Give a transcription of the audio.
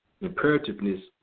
imperativeness